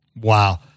Wow